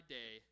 day